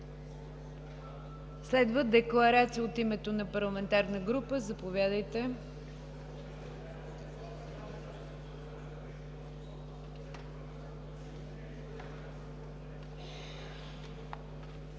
Следва декларация от името на парламентарна група. Заповядайте.